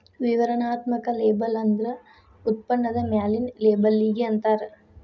ವಿವರಣಾತ್ಮಕ ಲೇಬಲ್ ಅಂದ್ರ ಉತ್ಪನ್ನದ ಮ್ಯಾಲಿನ್ ಲೇಬಲ್ಲಿಗಿ ಅಂತಾರ